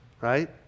Right